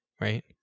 Right